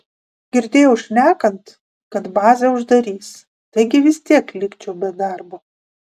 girdėjau šnekant kad bazę uždarys taigi vis tiek likčiau be darbo